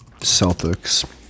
Celtics